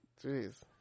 Jeez